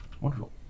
wonderful